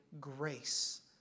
grace